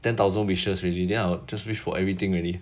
ten thousand wishes already then I just wish for everything already